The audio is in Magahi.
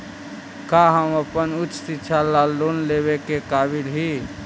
का हम अपन उच्च शिक्षा ला लोन लेवे के काबिल ही?